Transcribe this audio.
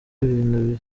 ibintu